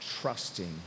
trusting